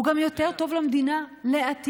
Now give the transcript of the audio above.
הוא גם יותר טוב למדינה לעתיד.